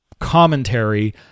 commentary